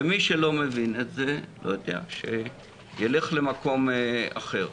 ומי שלא מבין את זה, שילך למקום אחר.